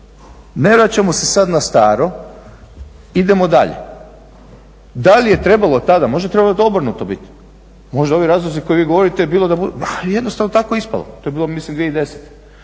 ne vraćamo se sada na staro, idemo dalje. Da li je trebalo tada? Možda je trebalo obrnuto biti, možda ovi razlozi koje vi govorite a jednostavno je tako ispalo, to je bilo mislim 2010.i